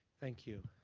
thank you.